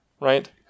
right